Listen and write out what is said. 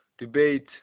debate